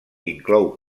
inclou